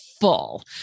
full